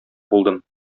булдым